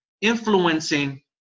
influencing